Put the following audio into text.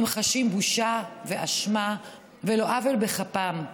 הם חשים בושה ואשמה על לא עוול בכפם,